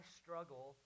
struggle